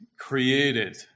created